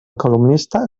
columnista